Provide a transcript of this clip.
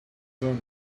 zoned